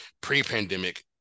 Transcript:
pre-pandemic